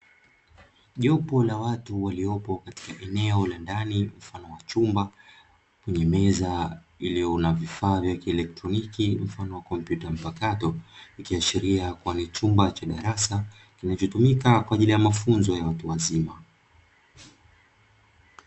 Jopo la watu waliopo katika eneo la ndani, mfano wa chumba yenye meza iliyonavifaa vya kieletroniki mfano wa kompyuta mpakato, ikiashiria kuwa ni chumba cha darasa kinachotumika kwaajili ya mafunzo ya watu wazima.